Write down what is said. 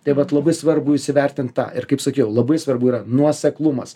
taip vat labai svarbu įsivertint ką ir kaip sakiau labai svarbu yra nuoseklumas